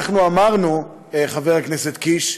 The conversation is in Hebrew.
אנחנו אמרנו, חבר הכנסת קיש,